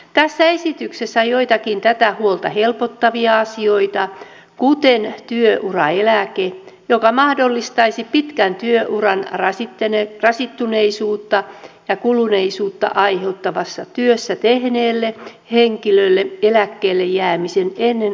tässä esityksessä on joitakin tätä huolta helpottavia asioita kuten työuraeläke joka mahdollistaisi pitkän työuran rasittuneisuutta ja kuluneisuutta aiheuttavassa työssä tehneelle henkilölle eläkkeelle jäämisen ennen alinta vanhuuseläkeikää